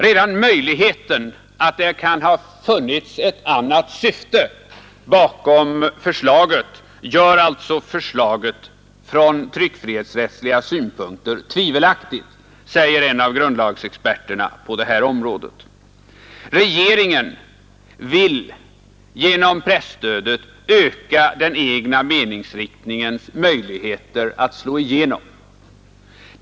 Redan möjligheten att det kan ha funnits ett annat syfte bakom förslaget gör alltså förslaget från tryckfrihetsrättsliga synpunkter tvivelaktigt, säger en av grundlagexperterna. Regeringen vill genom presstöd öka den egna meningsriktningens möjligheter att slå igenom.